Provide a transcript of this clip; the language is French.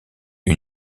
une